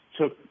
took